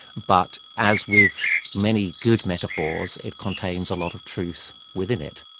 but, as with many good metaphors, it contains a lot of truth within it.